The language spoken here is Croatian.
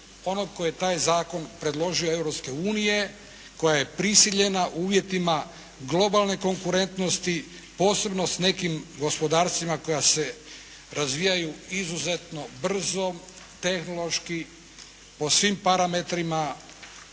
onog tko je taj zakon predložio Europske unije koja je prisiljena u uvjetima globalne konkurentnosti posebno s nekim gospodarstvima koja se razvijaju izuzetno brzo tehnološki po svim parametrima,